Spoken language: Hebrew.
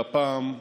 והפעם בחריין.